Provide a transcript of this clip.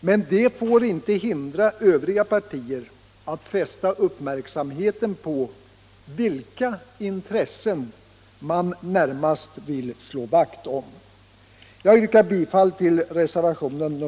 Detta får dock inte hindra övriga partier att fästa uppmärksamheten på vilka intressen man närmast vill slå vakt om.